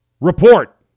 report